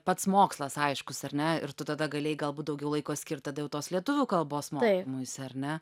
pats mokslas aiškus ar ne ir tu tada galėjai galbūt daugiau laiko skirt tada jau tos lietuvių kalbos mokymuisi ar ne